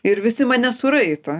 ir visi mane suraito